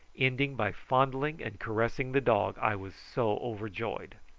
ending by fondling and caressing the dog, i was so overjoyed.